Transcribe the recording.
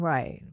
Right